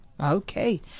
Okay